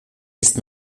ist